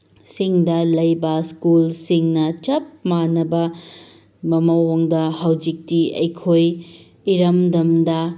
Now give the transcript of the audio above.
ꯁꯤꯡꯗ ꯂꯩꯕ ꯁ꯭ꯀꯨꯜꯁꯤꯡꯅ ꯆꯞ ꯃꯥꯅꯕ ꯃꯑꯣꯡꯗ ꯍꯧꯖꯤꯛꯇꯤ ꯑꯩꯈꯣꯏ ꯏꯔꯝꯗꯝꯗ